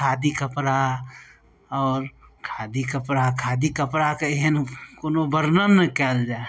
खादी कपड़ा आओर खादी कपड़ा खादी कपड़ाके एहन कोनो बर्णन नहि कयल जाय